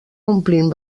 omplint